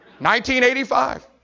1985